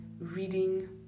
reading